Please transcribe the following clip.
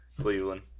Cleveland